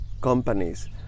companies